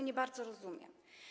Nie bardzo rozumiem.